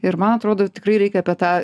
ir man atrodo tikrai reikia apie tą